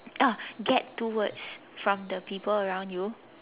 uh get two words from the people around you